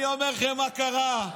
אני אומר לכם מה קרה.